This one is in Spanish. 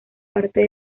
parte